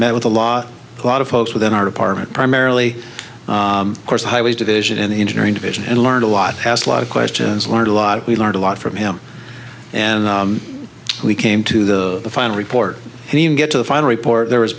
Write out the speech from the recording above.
met with a lot a lot of folks within our department primarily course highways division in engineering division and learned a lot has a lot of questions learned a lot we learned a lot from him and we came to the final report and even get a final report there was